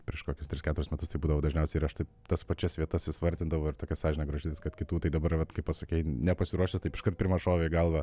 prieš kokius tris keturis metus tai būdavo dažniausiai ir aš tai tas pačias vietas vis vardindavau ir tokia sąžinė graužatis kad kitų tai dabar vat kaip pasakei nepasiruošęs taip iškart pirma šovė į galvą